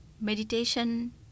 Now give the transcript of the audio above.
meditation